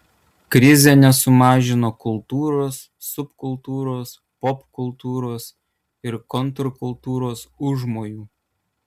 krizė nesumažino kultūros subkultūros popkultūros ir kontrkultūros užmojų